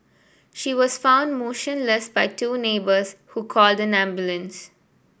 she was found motionless by two neighbours who called an ambulance